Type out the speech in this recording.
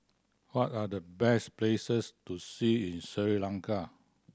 what are the best places to see in Sri Lanka